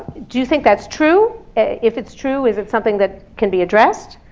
do you think that's true? if it's true, is it something that can be addressed?